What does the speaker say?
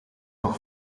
nog